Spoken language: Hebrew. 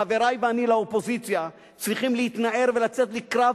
חברי ואני לאופוזיציה צריכים להתנער ולצאת לקרב